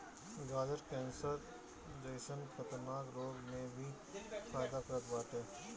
गाजर कैंसर जइसन खतरनाक रोग में भी फायदा करत बाटे